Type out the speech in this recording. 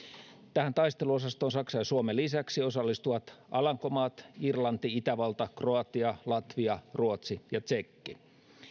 tähän taisteluosastoon saksan ja suomen lisäksi osallistuvat alankomaat irlanti itävalta kroatia latvia ruotsi ja tsekki